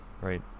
right